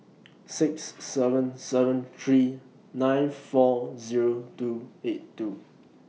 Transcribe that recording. six seven seven three nine four Zero two eight two